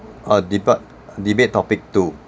a debate debate topic two